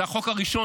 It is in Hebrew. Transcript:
זה החוק הראשון,